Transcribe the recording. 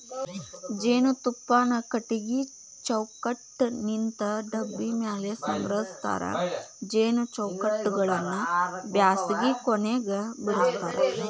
ಜೇನುತುಪ್ಪಾನ ಕಟಗಿ ಚೌಕಟ್ಟನಿಂತ ಡಬ್ಬಿ ಮ್ಯಾಲೆ ಸಂಗ್ರಹಸ್ತಾರ ಜೇನು ಚೌಕಟ್ಟಗಳನ್ನ ಬ್ಯಾಸಗಿ ಕೊನೆಗ ಬಿಡಸ್ತಾರ